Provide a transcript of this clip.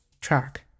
track